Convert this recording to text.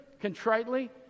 contritely